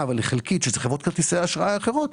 אבל היא חלקית שאלה חברות כרטיסי האשראי האחרות,